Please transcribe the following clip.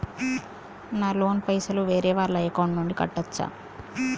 నా లోన్ పైసలు వేరే వాళ్ల అకౌంట్ నుండి కట్టచ్చా?